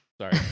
Sorry